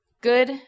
Good